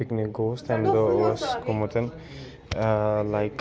picnic گوس تَمہِ دۄہ اوس گوٚمُت لایک